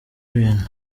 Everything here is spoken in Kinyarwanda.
ibintu